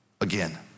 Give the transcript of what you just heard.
again